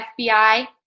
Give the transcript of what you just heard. FBI